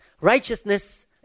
Righteousness